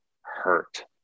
hurt